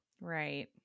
right